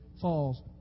falls